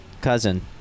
cousin